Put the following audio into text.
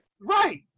Right